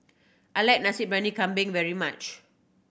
I like Nasi Briyani Kambing very much